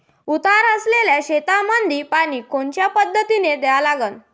उतार असलेल्या शेतामंदी पानी कोनच्या पद्धतीने द्या लागन?